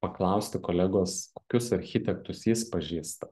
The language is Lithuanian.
paklausti kolegos kokius architektus jis pažįsta